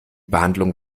behandlung